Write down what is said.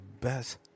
best